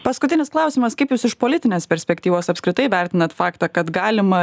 paskutinis klausimas kaip jūs iš politinės perspektyvos apskritai vertinat faktą kad galima